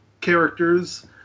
characters